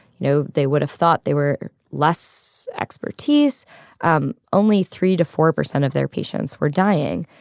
you know, they would have thought they were less expertise um only three to four percent of their patients were dying.